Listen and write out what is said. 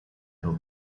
nur